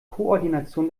koordination